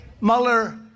Mueller